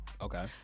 Okay